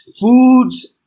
foods